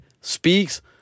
speaks